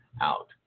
out